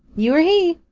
you are he.